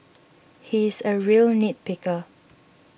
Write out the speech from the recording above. he is a real nit picker